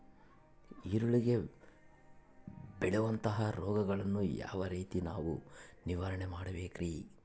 ಈರುಳ್ಳಿಗೆ ಬೇಳುವಂತಹ ರೋಗಗಳನ್ನು ಯಾವ ರೇತಿ ನಾವು ನಿವಾರಣೆ ಮಾಡಬೇಕ್ರಿ?